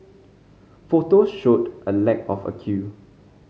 photos showed a lack of a queue